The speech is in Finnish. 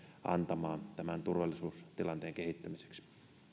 antamaan tämän turvallisuustilanteen kehittämiseksi